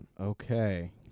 Okay